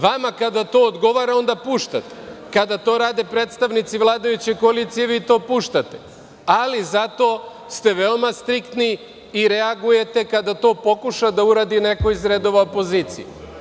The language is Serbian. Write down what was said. Vama kada to odgovara onda puštate, a kada to rade predstavnici vladajuće koalicije vi to puštate, ali zato ste veoma striktni i reagujete kada to pokuša da uradi neko iz redova opozicije.